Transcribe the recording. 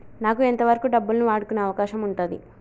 నాకు ఎంత వరకు డబ్బులను వాడుకునే అవకాశం ఉంటది?